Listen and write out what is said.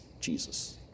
Jesus